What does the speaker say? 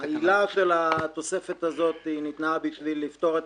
העילה של התוספת הזו ניתנה בשביל לפתור את